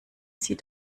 sie